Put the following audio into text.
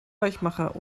weichmacher